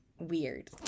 weird